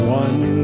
one